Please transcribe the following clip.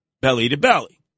belly-to-belly